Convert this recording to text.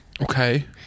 Okay